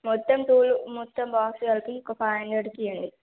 మొత్తం టూల్ మొత్తం బాక్స్ కలిపి ఒక ఫైవ్ హండ్రెడ్కి ఇవ్వండి